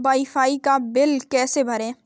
Wi fi का bill कैसे भरें?